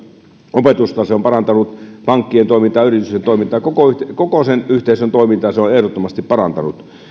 opetusta se on parantanut pankkien toimintaa yritysten toimintaa koko koko sen yhteisön toimintaa se on ehdottomasti parantanut